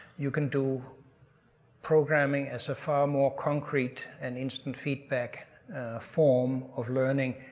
you can do programming as a far more concrete and instant feedback form of learning